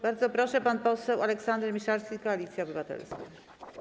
Bardzo proszę, pan poseł Aleksander Miszalski, Koalicja Obywatelska.